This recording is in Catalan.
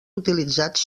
utilitzats